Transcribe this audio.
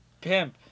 pimp